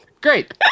Great